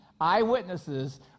eyewitnesses